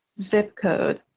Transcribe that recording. zip code,